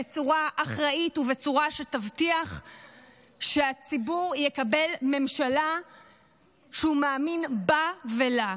בצורה אחראית ובצורה שתבטיח שהציבור יקבל ממשלה שהוא מאמין בה ולה.